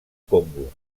congo